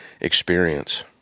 experience